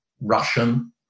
Russian